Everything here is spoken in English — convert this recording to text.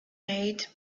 made